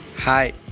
Hi